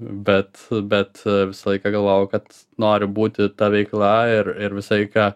bet bet visą laiką galvojau kad noriu būti ta veikla ir ir visai ką